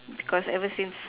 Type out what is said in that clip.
because ever since